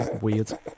Weird